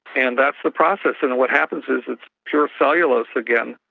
and that's the process. and what happens is it's pure cellulose again,